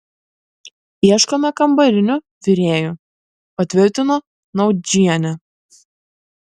ieškome kambarinių virėjų patvirtino naudžienė